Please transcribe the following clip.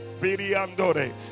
Biriandore